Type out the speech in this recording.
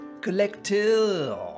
collector